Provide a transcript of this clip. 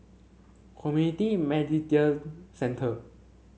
Community Centre